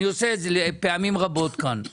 אני עושה את זה פעמים רבות כאן,